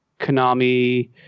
Konami